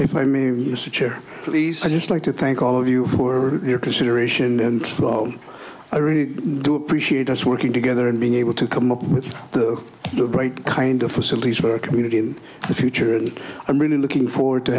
if i may use a chair please i just like to thank all of you for your consideration and i really do appreciate us working together and being able to come up with the right kind of facilities for our community in the future and i'm really looking forward to